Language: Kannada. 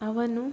ಅವನು